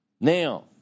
now